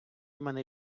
мене